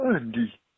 Andy